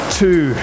two